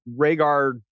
Rhaegar